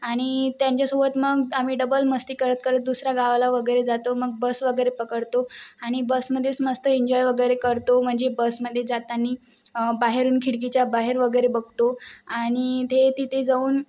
आणि त्यांच्यासोबत मग आम्ही डबल मस्ती करत करत दुसऱ्या गावाला वगैरे जातो मग बस वगैरे पकडतो आणि बसमध्येच मस्त एन्जॉय वगैरे करतो म्हणजे बसमध्ये जाताना बाहेरून खिडकीच्या बाहेर वगैरे बघतो आणि ते तिथे जाऊन